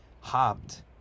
hopped